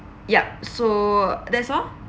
ya so that's all